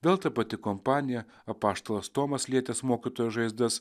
vėl ta pati kompanija apaštalas tomas lietęs mokytojo žaizdas